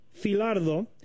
Filardo